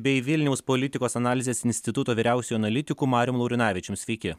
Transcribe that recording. bei vilniaus politikos analizės instituto vyriausiuoju analitiku marium laurinavičium sveiki